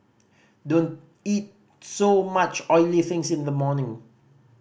don't eat so much oily things in the morning